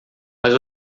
mas